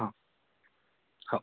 हां हो